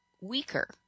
weaker